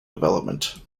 development